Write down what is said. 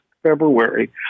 February